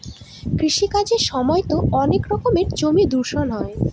কৃষি কাজের সময়তো অনেক রকমের জমি দূষণ হয়